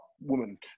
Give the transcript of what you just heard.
woman